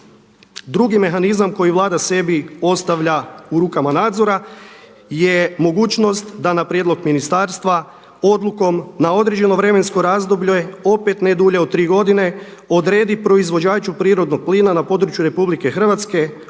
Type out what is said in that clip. Drugi mehanizam koji vlada sebi ostavlja u rukama nadzora je mogućnost da na prijedlog ministarstva odlukom na određeno vremensko razdoblje opet ne dulje od tri godine odredi proizvođaču prirodnog plina na području RH obvezu prodaje